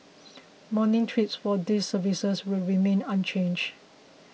morning trips for these services will remain unchanges